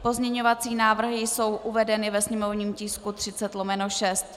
Pozměňovací návrhy jsou uvedeny ve sněmovním tisku 30/6.